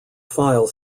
file